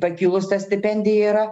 pakilus ta stipendija yra